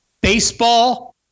baseball